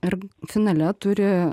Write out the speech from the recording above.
ir finale turi